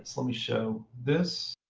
let me show this.